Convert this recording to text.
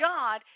God